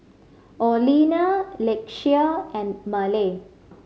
Orlena Lakeisha and Maleah